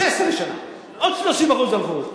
16 שנה, עוד 30% הלכו.